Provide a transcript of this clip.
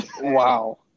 Wow